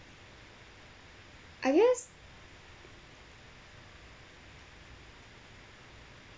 I guess